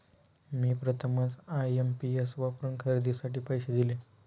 मी प्रथमच आय.एम.पी.एस वापरून खरेदीसाठी पैसे दिले